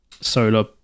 solar